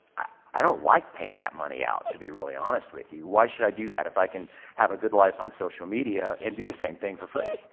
i don't like paying that money out to be really honest with you. why should i do that if i can have a good life on social media and do the same thing for free?